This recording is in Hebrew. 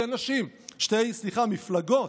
בשתי מפלגות,